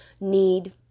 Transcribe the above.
need